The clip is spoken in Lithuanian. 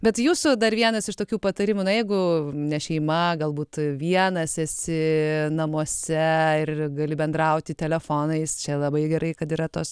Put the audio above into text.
bet jūsų dar vienas iš tokių patarimų na jeigu ne šeima galbūt vienas esi namuose ir gali bendrauti telefonais čia labai gerai kad yra tos